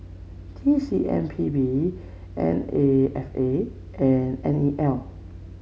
T C M P B N A F A and N E L